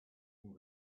and